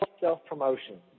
Self-Promotion